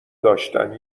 داشتن